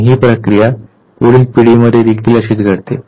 आणि ही प्रक्रिया पुढील पिढीमध्ये देखील अशीच घडते